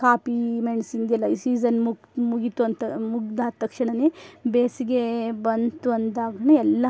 coffee ಮೆಣ್ಸಿಂದು ಎಲ್ಲ ಈ ಸೀಸನ್ ಮುಗಿ ಮುಗಿತು ಅಂತ ಮುಗಿದಾದ ತಕ್ಷಣವೇ ಬೇಸಿಗೆ ಬಂತು ಅಂದಾಗ್ಲೇ ಎಲ್ಲ